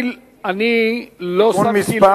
מס'